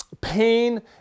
pain